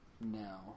No